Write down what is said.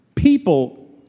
People